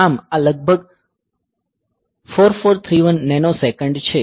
આમ આ લગભગ 4431 નેનોસેકંડ છે